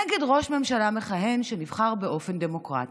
נגד ראש ממשלה מכהן שנבחר באופן דמוקרטי.